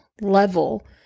level